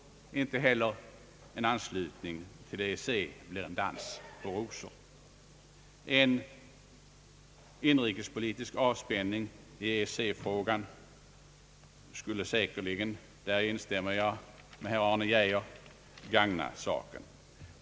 Inte heller en anslutning till EEC blir en dans på rosor. En inrikespolitisk avspänning i EEC-frågan skulle säkerligen — däri instämmer jag med herr Arne Geijer — gagna saken.